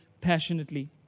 passionately